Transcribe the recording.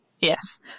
Yes